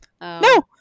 no